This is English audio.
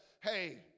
Hey